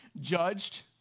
judged